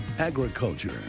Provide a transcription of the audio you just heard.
Agriculture